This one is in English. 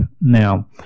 Now